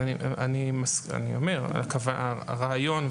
אז אני אומר: הרעיון,